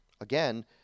again